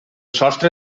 sostre